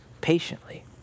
patiently